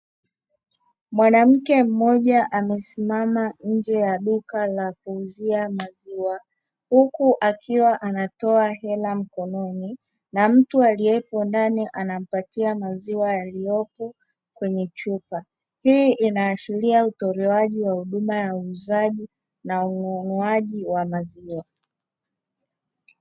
Mwanamke mmoja amesimama nje ya duka la kuuzia maziwa huku akionekana kwenye chupa cha kuzaliwa. Mwanamke mmoja amesimama nje ya duka la kuzaliwa maziwa huku akiwa anatoa hela mkononi na mtu aliyeponi anaampatia maziwa yaliyopo kwenye chupa. Hii inaathiria utoriwa nje ya huduma za uzaji na unyonywaji wa maziwa.